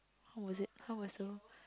how was it how was the